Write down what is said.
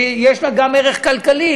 שיש לה גם ערך כלכלי,